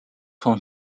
van